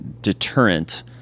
deterrent